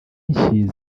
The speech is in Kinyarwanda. inshyi